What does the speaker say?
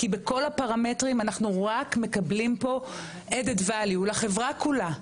כי בכל הפרמטרים אנחנו רק מקבלים פה added value לחברה כולה.